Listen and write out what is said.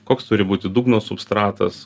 koks turi būti dugno substratas